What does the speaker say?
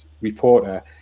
reporter